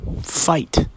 fight